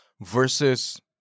versus